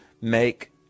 make